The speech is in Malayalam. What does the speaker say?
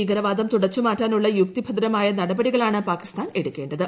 ഭീകരവാദം തുടച്ചുമാറ്റാനുള്ള യുക്തിഭദ്രമായ നടപടികളാണ് പാകിസ്ഥാൻ എടുക്കേണ്ടത്